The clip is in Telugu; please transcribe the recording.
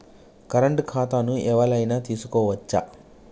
కరెంట్ ఖాతాను ఎవలైనా తీసుకోవచ్చా?